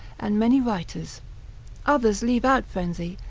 and many writers others leave out frenzy,